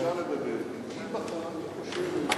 כשחברת הכנסת,